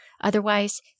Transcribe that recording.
Otherwise